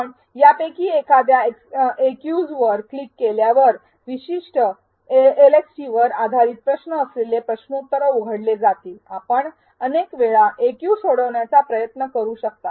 आपण यापैकी एखाद्या एक्यूझवर क्लिक केल्यावर विशिष्ट एलएक्सटीवर आधारित प्रश्न असलेले प्रश्नोत्तर उघडले जातील आपण अनेक वेळा एक्यू सोडवण्याचा प्रयत्न करू शकता